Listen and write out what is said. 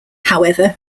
however